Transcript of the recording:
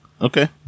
Okay